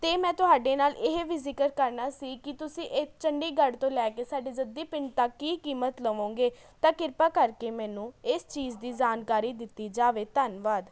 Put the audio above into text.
ਅਤੇ ਮੈਂ ਤੁਹਾਡੇ ਨਾਲ ਇਹ ਵੀ ਜ਼ਿਕਰ ਕਰਨਾ ਸੀ ਕਿ ਤੁਸੀਂ ਇਹ ਚੰਡੀਗੜ੍ਹ ਤੋਂ ਲੈ ਕੇ ਸਾਡੇ ਜੱਦੀ ਪਿੰਡ ਤੱਕ ਕੀ ਕੀਮਤ ਲਵੋਂਗੇ ਤਾਂ ਕਿਰਪਾ ਕਰਕੇ ਮੈਨੂੰ ਇਸ ਚੀਜ਼ ਦੀ ਜਾਣਕਾਰੀ ਦਿੱਤੀ ਜਾਵੇ ਧੰਨਵਾਦ